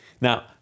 Now